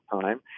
time